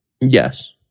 Yes